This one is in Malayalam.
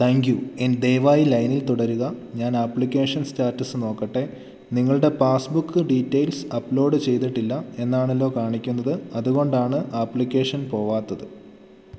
താങ്ക് യു ദയവായി ലൈനിൽ തുടരുക ഞാൻ അപ്ലിക്കേഷൻ സ്റ്റാറ്റസ് നോക്കട്ടെ നിങ്ങളുടെ പാസ്സ്ബുക്ക് ഡീറ്റെയിൽസ് അപ്ലോഡ് ചെയ്തിട്ടില്ല എന്നാണല്ലോ കാണിക്കുന്നത് അതുകൊണ്ടാണ് ആപ്ലിക്കേഷൻ പോവാത്തത്